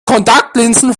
kontaktlinsen